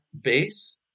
base